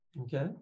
okay